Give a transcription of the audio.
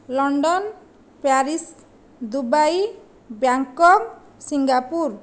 London Paris Dubai Bangkok Singapore